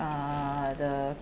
uh the